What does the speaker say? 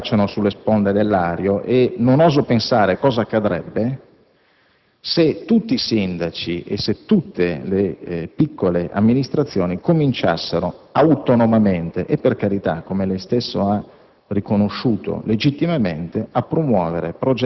tanti piccoli Comuni di raro fascino si affacciano sulle sponde del Lario e non oso pensare cosa accadrebbe se tutti i sindaci e tutte le piccole amministrazioni cominciassero autonomamente e - per carità, come lei stesso ha